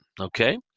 okay